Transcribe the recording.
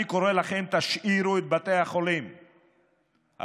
אני קורא לכם: תשאירו את בתי החולים הממשלתיים,